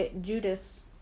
Judas